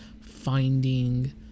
finding